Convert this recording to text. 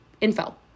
info